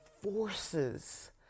forces